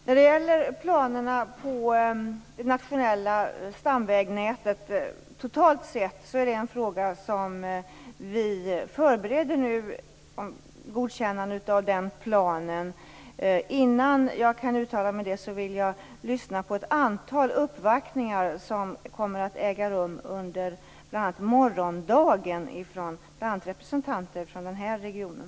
Fru talman! När det gäller planerna för det nationella stamvägnätet totalt sett är det en fråga som vi nu förbereder godkännande av. Innan jag kan uttala mig om det vill jag lyssna på ett antal uppvaktningar som kommer att äga rum, bl.a. under morgondagen, av representanter från den här regionen.